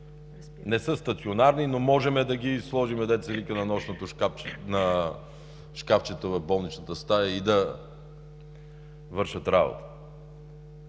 Не са стационарни, но можем да ги сложим на шкафчето в болничната стая и да вършат работа.